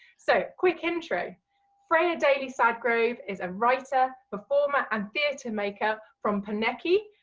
so, quick intro freya daly sadgrove is a writer, performer and theatre maker from poneke,